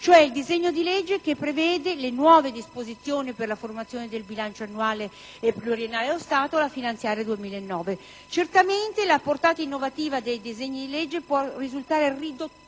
cioè il disegno di legge che prevede le nuove disposizioni per la formazione del bilancio annuale e pluriennale dello Stato, vale a dire la legge finanziaria 2009. Certamente, la portata innovativa di questo disegno di legge può risultare riduttiva